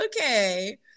okay